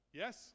yes